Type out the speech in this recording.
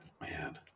Man